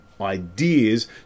ideas